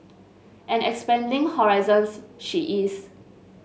and expanding horizons she is